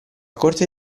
corte